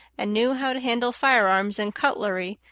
and knew how to handle firearms and cutlery,